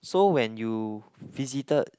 so when you visited